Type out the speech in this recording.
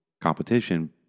competition